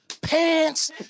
pants